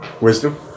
Wisdom